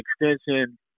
extension